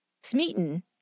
Smeaton